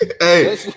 Hey